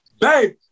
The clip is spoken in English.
babe